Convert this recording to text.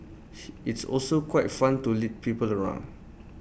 it's also quite fun to lead people around